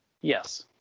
Yes